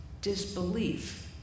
disbelief